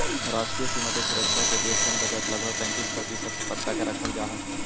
राष्ट्रीय सीमा के सुरक्षा के लिए सैन्य बजट लगभग पैंतीस प्रतिशत तक रखल जा हई